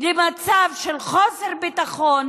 למצב של חוסר ביטחון,